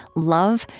love,